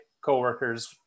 coworkers